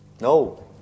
No